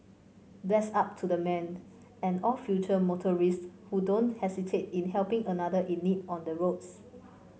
bless up to the man and all future motorists who don't hesitate in helping another in need on the roads